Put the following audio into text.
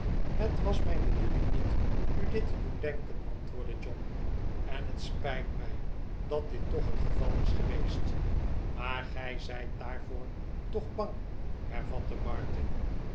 het was mijn bedoeling niet u dit te doen denken antwoordde john en het spijt mij dat dit toch het geval is geweest maar gij zijt daarvoor toch bang hervatte martin